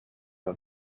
dat